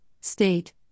state